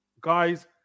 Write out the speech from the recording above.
guys